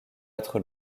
être